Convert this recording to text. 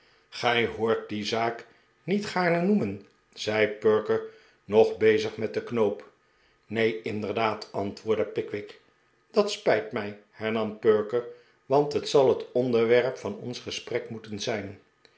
gij hoort die zaak niet gaarne noemen zei perker hog bezig met den knoop neen inderdaad antwoordde pickwick dat spijt mij hernam perker want het zal het onderwerp van ons gesprek moeten zijn